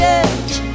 edge